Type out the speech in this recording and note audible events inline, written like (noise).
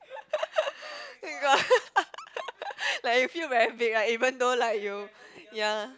(laughs) you got (laughs) like you feel very big right even though like you ya